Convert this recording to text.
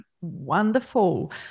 Wonderful